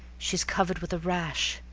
she's covered with a rash.